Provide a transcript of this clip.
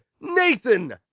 Nathan